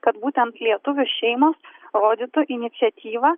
kad būtent lietuvių šeimos rodytų iniciatyvą